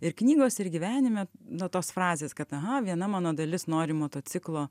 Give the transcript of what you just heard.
ir knygos ir gyvenime na tos frazės kad aha viena mano dalis nori motociklo